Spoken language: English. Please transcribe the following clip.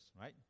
right